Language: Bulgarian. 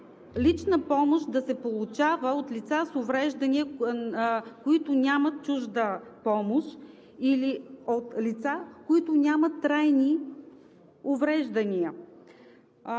лична помощ да се получава от лица с увреждания, които нямат чужда помощ, или от лица, които нямат трайни увреждания?